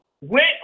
went